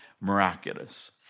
miraculous